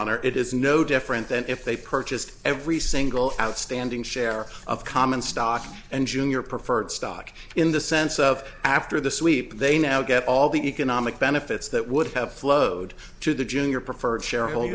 honor it is no different than if they purchased every single outstanding share of common stock and junior preferred stock in the sense of after the sweep they now get all the economic benefits that would have flowed to the junior preferred shareholder